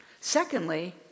Secondly